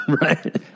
right